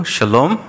Shalom